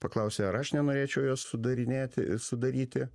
paklausė ar aš nenorėčiau jos sudarinėti sudaryti